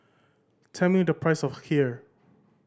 tell me the price of Kheer